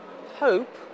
hope